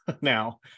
now